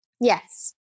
Yes